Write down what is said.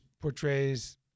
portrays